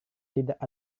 tidak